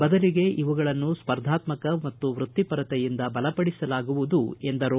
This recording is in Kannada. ಬದಲಿಗೆ ಇವುಗಳನ್ನು ಸ್ಪರ್ಧಾತ್ಮಕ ಮತ್ತು ವೃತ್ತಿಪರತೆಯಿಂದ ಬಲಪಡಿಸಲಾಗುವುದು ಎಂದರು